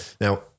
Now